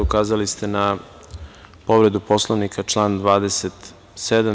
Ukazali ste na povredu Poslovnika, član 27.